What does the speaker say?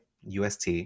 UST